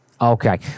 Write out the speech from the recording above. Okay